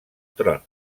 tron